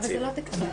אבל זה לא תקציבים.